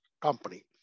company